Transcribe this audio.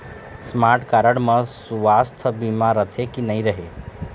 Smart card म सुवास्थ बीमा रथे की नई रहे?